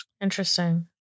Interesting